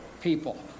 people